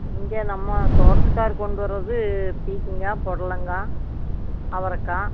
இங்கே நம்ம தோட்டத்துக்கார் கொண்டு வருவது பீக்கிங்காய் பொடலங்காய் அவரக்காய்